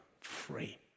free